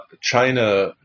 China